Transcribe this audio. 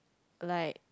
like